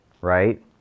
right